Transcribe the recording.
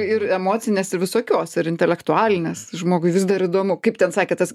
ir emocinės ir visokios ir intelektualinės žmogui vis dar įdomu kaip ten sakė tas